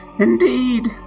Indeed